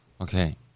okay